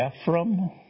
Ephraim